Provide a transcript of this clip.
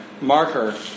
marker